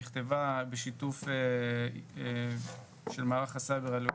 נכתבה בשיתוף של מערך הסייבר הלאומי.